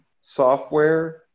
software